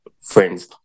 friends